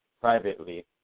privately